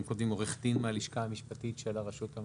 אם כותבים עורך דין מהלשכה המשפטית של הרשות המקומית?